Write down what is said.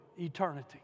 eternity